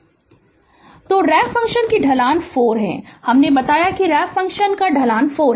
Refer Slide Time 2322 तो ramp function कि ढलान 4 है हमने बताया कि यह रैंप फ़ंक्शन का ढलान 4 है